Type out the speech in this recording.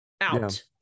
out